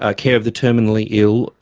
ah care of the terminally ill,